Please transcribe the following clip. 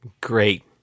great